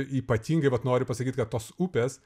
ypatingai vat noriu pasakyt kad tos upės